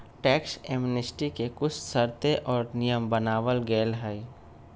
tax amnesty के कुछ शर्तें और नियम बनावल गयले है